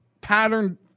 pattern